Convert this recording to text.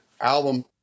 album